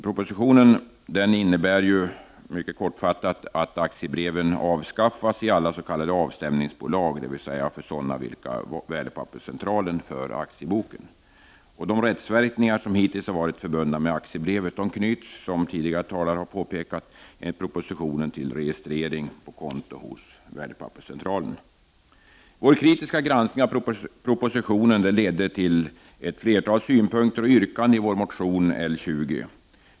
Propositionen innebär mycket kortfattat att aktiebreven avskaffas i alla s.k. avstämningsbolag, dvs. för sådana vilka Värdepapperscentralen för aktieboken. De rättsverkningar som hittills har varit förbundna med aktiebrevet knyts, som tidigare talare har påpekat, enligt propositionen till registrering på konto hos Värdepapperscentralen. Vår kritiska granskning av propositionen ledde till ett flertal synpunkter och yrkanden i vår motion L20.